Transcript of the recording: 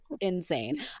insane